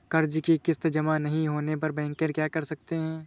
कर्ज कि किश्त जमा नहीं होने पर बैंकर क्या कर सकते हैं?